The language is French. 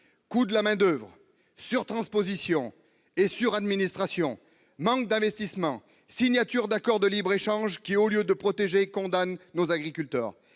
coût de la main-d'oeuvre, surtransposition, suradministration, manque d'investissements, signature d'accords de libre-échange qui condamnent nos agriculteurs